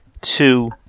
two